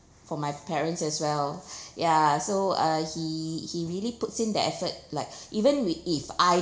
for my parents as well ya so uh he he really puts in the effort like even with if I